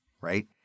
right